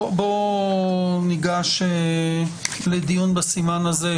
ניגש לדיון בסימן הזה,